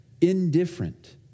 indifferent